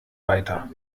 weiter